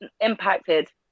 impacted